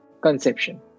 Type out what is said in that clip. conception